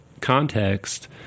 context